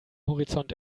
horizont